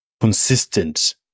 consistent